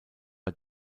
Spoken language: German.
bei